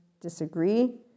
disagree